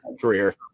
Career